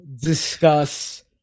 discuss